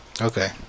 Okay